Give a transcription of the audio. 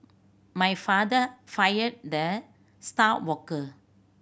my father fired the star worker